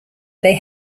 they